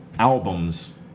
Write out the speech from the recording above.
albums